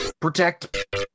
protect